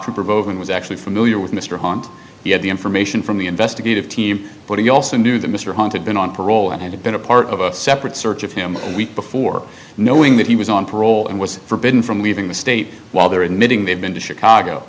provoking was actually familiar with mr hunt he had the information from the investigative team but he also knew that mr haunted been on parole and had been a part of a separate search of him and week before knowing that he was on parole and was forbidden from leaving the state while they're in meeting they've been to chicago